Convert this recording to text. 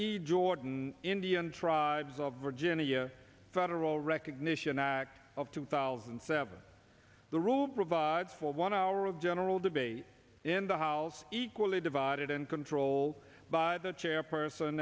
the jordan indian tribes of virginia federal recognition act of two thousand and seven the rule provides for one hour of general debate in the house equally divided and controlled by the chairperson